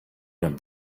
him